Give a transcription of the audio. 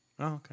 okay